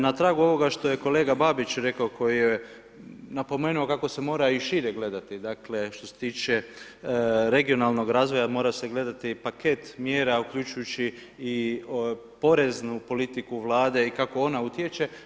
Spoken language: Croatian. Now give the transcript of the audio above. Na tragu ovoga što je kolega Babić rekao koji je napomenuo kako se mora i šire gledati, dakle što se tiče regionalnog razvoja mora se gledati paket mjera uključujući i poreznu politiku vlade i kako ona utječe.